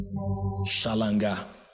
shalanga